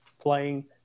playing